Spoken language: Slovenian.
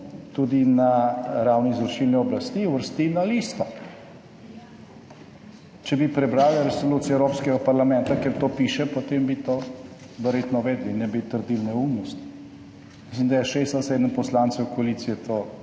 tudi na ravni izvršilne oblasti uvrsti na listo,. Če bi prebrali resolucijo Evropskega parlamenta ker to piše, potem bi to verjetno vedeli, ne bi trdili neumnosti. Mislim, da je šest ali sedem poslancev koalicije to